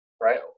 right